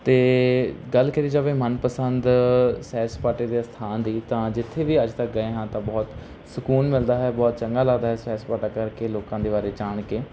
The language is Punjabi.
ਅਤੇ ਗੱਲ ਕਰੀ ਜਾਵੇ ਮਨਪਸੰਦ ਸੈਰ ਸਪਾਟੇ ਦੇ ਸਥਾਨ ਦੀ ਤਾਂ ਜਿੱਥੇ ਵੀ ਅੱਜ ਤੱਕ ਗਏ ਹਾਂ ਤਾਂ ਬਹੁਤ ਸਕੂਨ ਮਿਲਦਾ ਹੈ ਬਹੁਤ ਚੰਗਾ ਲੱਗਦਾ ਹੈ ਸੈਰ ਸਪਾਟਾ ਕਰਕੇ ਲੋਕਾਂ ਦੇ ਬਾਰੇ ਜਾਣ ਕੇ